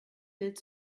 bild